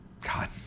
God